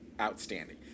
outstanding